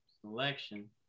Selection